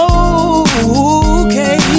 okay